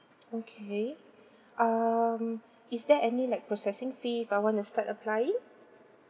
okay um is there any like processing fee if I wanna start applying